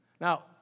Now